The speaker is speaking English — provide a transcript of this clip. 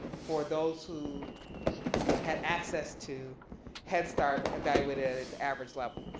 for those who had access to headstart evaluated at its average level.